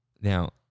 now